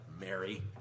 Mary